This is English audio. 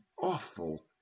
awful